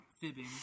fibbing